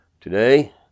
Today